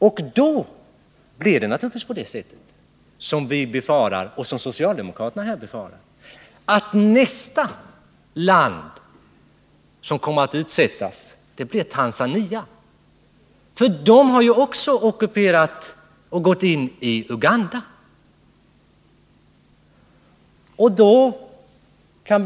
Och då blir det givetvis på det sätt som vi befarar och som socialdemokraterna befarar att nästa land som kommer att utsättas blir Tanzania, som också har ockuperat ett annat land, nämligen Uganda.